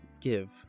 give